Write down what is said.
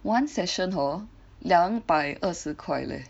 one session hor 两百二十块 leh